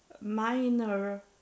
minor